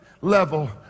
level